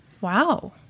Wow